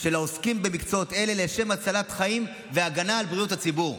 של העוסקים במקצועות אלה לשם הצלת חיים והגנה על בריאות הציבור.